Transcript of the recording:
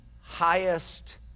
highest